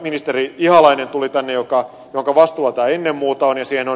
ministeri ihalainen tuli tänne jonka vastuulla tämä ennen muuta on